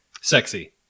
Sexy